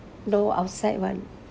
no outside one